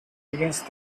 against